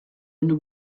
inner